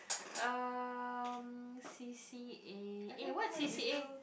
um C_C_A eh what C_C_A